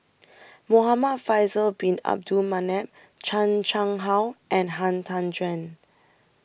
Muhamad Faisal Bin Abdul Manap Chan Chang How and Han Tan Juan